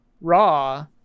raw